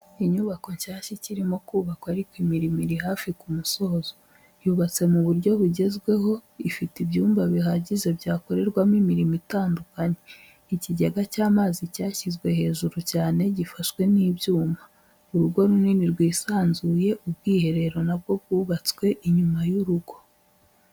Inyubako nshyashya ikirimo kubakwa ariko imirimo iri hafi ku musozo, yubatswe mu buryo bugezweho ifite ibyumba bihagije byakorerwamo imirimo itandukanye, ikigega cy'amazi cyashyizwe hejuru cyane gifashwe n'ibyuma, urugo runini rwisanzuye, ubwiherero na bwo bwubatswe inyuma y'urugo.